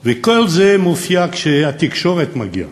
וכל זה מופיע כשהתקשורת מגיעה.